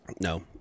No